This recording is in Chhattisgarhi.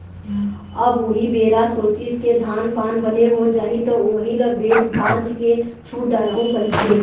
अब उही बेरा सोचिस के धान पान बने हो जाही त उही ल बेच भांज के छुट डारहूँ कहिके